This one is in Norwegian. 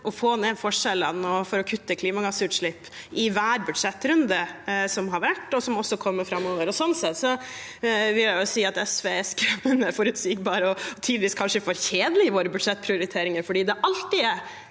å få ned forskjellene og for å kutte klimagassutslipp i hver budsjettrunde som har vært, og som også kommer framover. Sånn sett vil jeg si at SV er skremmende forutsigbar og tidvis kanskje for kjedelig i sine budsjettprioriteringer, fordi det alltid er